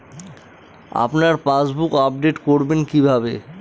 আপনার passbook update করবেন কিভাবে?